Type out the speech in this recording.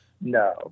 No